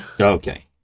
Okay